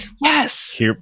yes